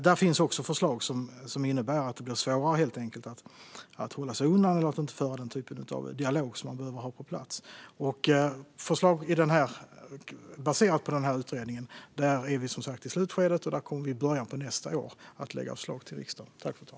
Där finns också förslag som innebär att det blir svårare att hålla sig undan och inte föra den typ av dialog som man behöver ha på plats. Vi är som sagt i slutskedet med förslag baserade på utredningen, och vi kommer att lägga fram förslag för riksdagen i början av nästa år.